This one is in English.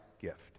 gift